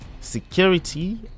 security